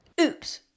Oops